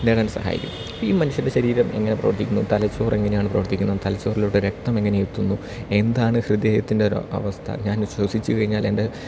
നേടാൻ സഹായിക്കും ഈ മനുഷ്യൻ്റെ ശരീരം എങ്ങനെ പ്രവർത്തിക്കുന്നു തലച്ചോറെങ്ങനെയാണ് പ്രവർത്തിക്കുന്ന തലച്ചോറിലൂടെ രക്തം എങ്ങനെ എത്തുന്നു എന്താണ് ഹൃദയത്തിൻ്റെ ഒരു അവസ്ഥ ഞാൻ ശ്വസിച്ച് കഴിഞ്ഞാൽ എൻ്റെ